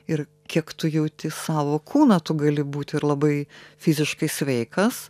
ir kiek tu jauti savo kūną tu gali būti labai fiziškai sveikas